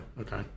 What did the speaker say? okay